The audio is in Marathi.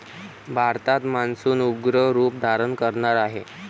भारतात मान्सून उग्र रूप धारण करणार आहे